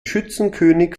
schützenkönig